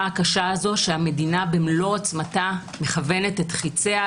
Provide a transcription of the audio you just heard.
הקשה הזו שהמדינה במלוא עוצמתה מכוונת את חיציה,